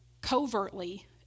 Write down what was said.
covertly